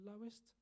lowest